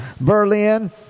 Berlin